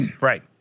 Right